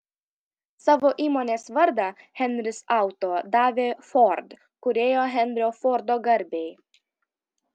savo įmonės vardą henris auto davė ford kūrėjo henrio fordo garbei